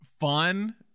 fun